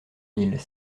mille